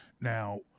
Now